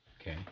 Okay